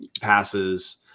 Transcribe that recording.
passes